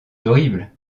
horrible